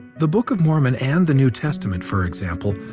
the book of mormon and the new testament, for example,